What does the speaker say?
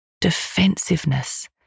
defensiveness